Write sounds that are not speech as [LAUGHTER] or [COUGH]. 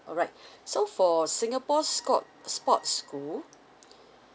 alright [BREATH] so for singapore scod~ sports school [BREATH]